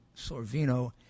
Sorvino